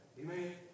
Amen